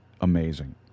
amazing